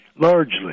largely